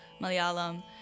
Malayalam